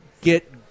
get